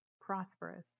prosperous